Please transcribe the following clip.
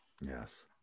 yes